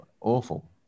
awful